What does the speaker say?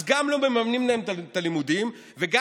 אז גם לא מממנים להם את הלימודים וגם